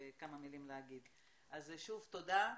שוב תודה,